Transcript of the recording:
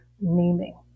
naming